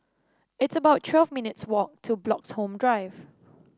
it's about twelve minutes' walk to Bloxhome Drive